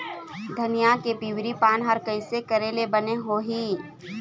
धनिया के पिवरी पान हर कइसे करेले बने होही?